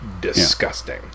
disgusting